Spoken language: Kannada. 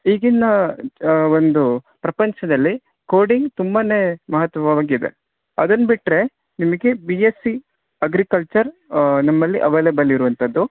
ಈಗಿನ ಒಂದು ಪ್ರಪಂಚದಲ್ಲಿ ಕೋಡಿಂಗ್ ತುಂಬಾನೇ ಮಹತ್ವವಾಗಿದೆ ಅದನ್ನ ಬಿಟ್ಟರೆ ನಿಮಗೆ ಬಿ ಎಸ್ ಸಿ ಅಗ್ರಿಕಲ್ಚರ್ ನಮ್ಮಲ್ಲಿ ಅವೈಲೇಬಲ್ ಇರುವಂಥದ್ದು